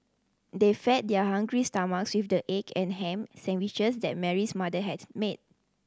they fed their hungry stomachs with the egg and ham sandwiches that Mary's mother had made